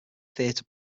theater